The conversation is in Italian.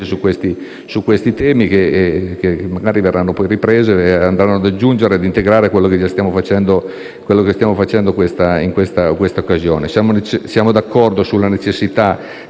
su questi temi, che magari verranno poi ripresi ed andranno ad aggiungersi e ad integrare ciò che stiamo facendo in questa occasione. Siamo d'accordo sulla necessità